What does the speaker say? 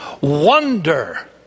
wonder